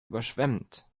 überschwemmt